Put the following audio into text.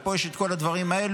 ופה יש את כל הדברים האלה,